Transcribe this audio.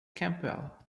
campbell